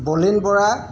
Bolin Bora